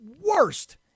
worst